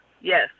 Yes